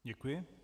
Děkuji.